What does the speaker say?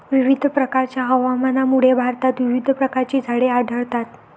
विविध प्रकारच्या हवामानामुळे भारतात विविध प्रकारची झाडे आढळतात